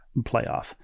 playoff